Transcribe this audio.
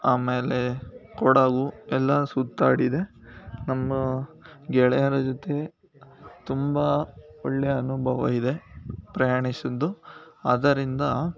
ಆಮೇಲೆ ಕೊಡಗು ಎಲ್ಲ ಸುತ್ತಾಡಿದೆ ನಮ್ಮ ಗೆಳೆಯರ ಜೊತೆ ತುಂಬ ಒಳ್ಳೆಯ ಅನುಭವ ಇದೆ ಪ್ರಯಾಣಿಸಿದ್ದು ಆದ್ದರಿಂದ